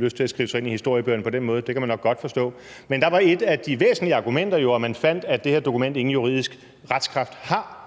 ønskede at skrive sig ind i historiebøgerne på den måde, og det kan man nok godt forstå. Men der var et af de væsentlige argumenter jo, at man fandt, at det her dokument ingen juridisk retskraft har.